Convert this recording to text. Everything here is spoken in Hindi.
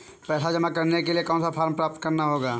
पैसा जमा करने के लिए कौन सा फॉर्म प्राप्त करना होगा?